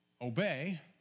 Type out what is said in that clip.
obey